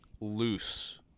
loose